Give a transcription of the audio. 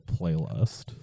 playlist